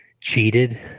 Cheated